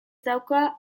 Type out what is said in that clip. dauka